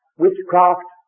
witchcraft